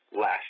last